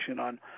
on